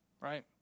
right